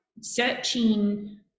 searching